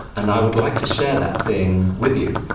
and i would like to share that thing with you,